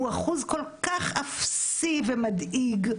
הוא אחוז כל כך אפסי ומדאיג,